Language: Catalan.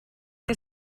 que